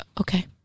okay